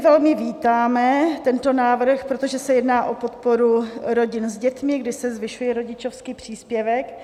Velmi vítáme tento návrh, protože se jedná o podporu rodin s dětmi, kdy se zvyšuje rodičovský příspěvek.